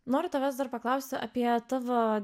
noriu tavęs dar paklausti apie tavo